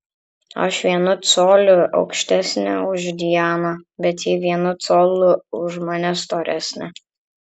aš vienu coliu aukštesnė už dianą bet ji vienu coliu už mane storesnė